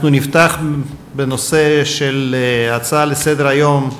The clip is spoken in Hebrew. אנחנו נפתח בהצעות לסדר-היום: